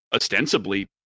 ostensibly